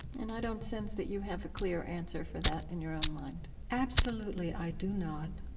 and i don't sense that you have a clear answer for that in your own mind absolutely, i do not.